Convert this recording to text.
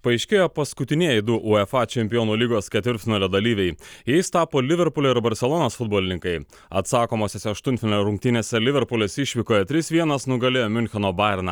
paaiškėjo paskutinieji du uefa čempionų lygos ketvirtfinalio dalyviai jais tapo liverpulio ir barselonos futbolininkai atsakomosiose aštuntfinalio rungtynėse liverpulis išvykoje trys vienas nugalėjo miuncheno bajerną